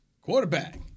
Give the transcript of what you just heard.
quarterback